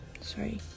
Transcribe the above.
sorry